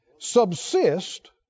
subsist